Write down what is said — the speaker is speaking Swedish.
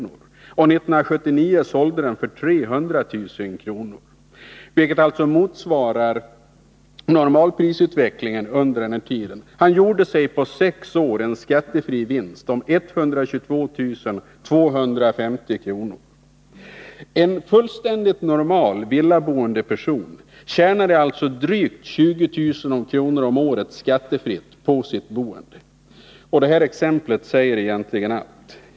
och 1979 sålde den för 300 000 kr., vilket motsvarar normalprisutvecklingen för småhus under denna tid, gjorde sig på sex år en skattefri vinst om 122 250 kr. En fullständigt normal villaboende person tjänade alltså drygt 20 000 kr. om året skattefritt på sitt boende. Detta exempel säger egentligen allt.